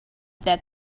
that